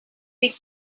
big